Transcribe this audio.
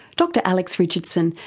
dr alex richardson,